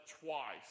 twice